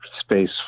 space